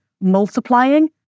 multiplying